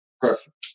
Perfect